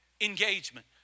engagement